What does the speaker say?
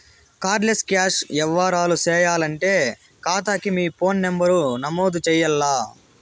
card less cash యవ్వారాలు సేయాలంటే కాతాకి మీ ఫోను నంబరు నమోదు చెయ్యాల్ల